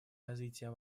развития